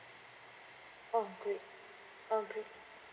orh great okay